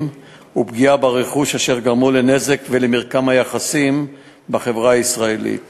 ופגיעה ברכוש אשר גרמו לנזק למרקם היחסים בחברה הישראלית